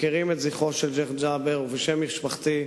שמוקירים את זכרו של שיח' ג'בר ובשם משפחתי,